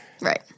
Right